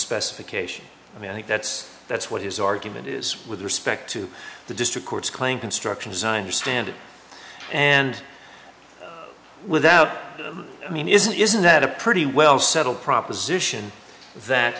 specification i mean i think that's that's what his argument is with respect to the district court's claim construction design or standard and without them i mean isn't isn't that a pretty well settled proposition that